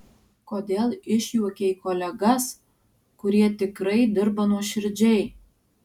kodėl išjuokei kolegas kurie tikrai dirba nuoširdžiai